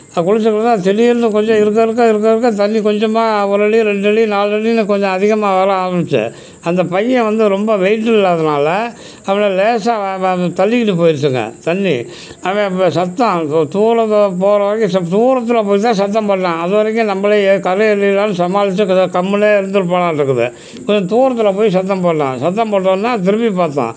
குளிச்சுட்டு இருக்கான் திடீர்னு இருக்கற இருக்கற இருக்கற இருக்க தண்ணி கொஞ்சமாக ஒரடி ரெண்டடி நாலடின்னு கொஞ்சம் அதிகமாக வர்ற ஆரம்பிச்சு அந்த பையன் வந்து ரொம்ப வெயிட்டு இல்லாததினால அவனை லேசாக தள்ளிகிட்டு போயிருச்சுங்க தண்ணி அவன் ப சத்தம் து தூரமாக போகிற வரைக்கும் சத்தம் தூரத்தில் போய் தான் சத்தம் போட்டான் அது வரைக்கும் நம்மளே எ கரை ஏறிடலாம் சமாளிச்சிக்கலாம் கம்முன்னே இருந்திருப்பானாட்ருக்குது கொஞ்சம் தூரத்தில் போய் சத்தம் போட்டான் சத்தம் போட்டோனே திரும்பி பார்த்தோம்